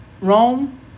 Rome